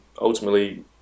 ultimately